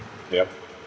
yup